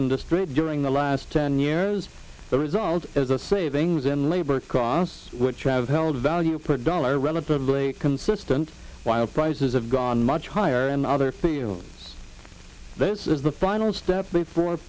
industry during the last ten years the result is a savings in labor costs which have held value per dollar relatively consistent while prices have gone much higher and other feel this is the final step before